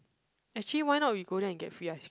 actually why not we go there and get free ice cream